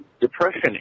Depression